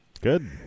good